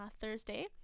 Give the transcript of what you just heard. Thursday